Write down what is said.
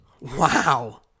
Wow